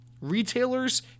retailers